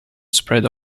spread